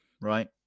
right